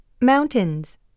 Mountains